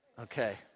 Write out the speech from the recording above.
Okay